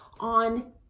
on